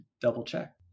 double-check